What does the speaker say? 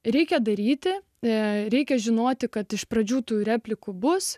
reikia daryti jei reikia žinoti kad iš pradžių tų replikų bus